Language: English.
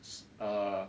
s~ err